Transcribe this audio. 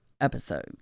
episode